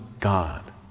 God